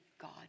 God